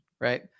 right